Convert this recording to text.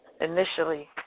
initially